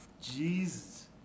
Jesus